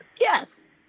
Yes